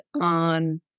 on